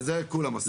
עם זה כולם מסכימים.